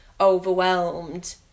overwhelmed